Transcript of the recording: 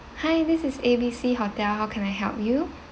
hi this is A B C hotel how can I help you